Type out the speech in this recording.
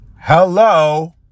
Hello